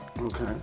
okay